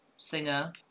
singer